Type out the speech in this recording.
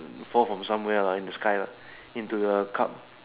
fall from somewhere lah in the sky lah into the cup